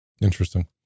interesting